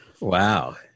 Wow